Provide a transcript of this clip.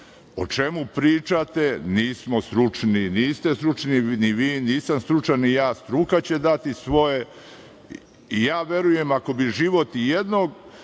O čemu pričate niste stručni ni vi, nisam stručan ni ja, struka će dati svoje. Verujem, ako bi život ijednog